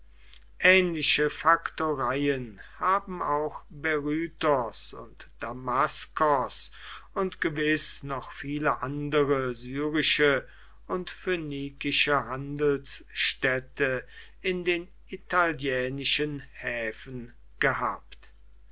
ähnliche faktoreien haben auch berytos und damaskos und gewiß noch viele andere syrische und phönikische handelsstädte in den italienischen häfen gehabt